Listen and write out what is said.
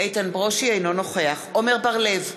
אינו נוכח עמר בר-לב,